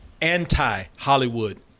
anti-hollywood